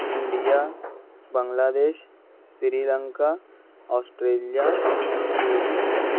India Bangladesh Sri Lanka Australia روس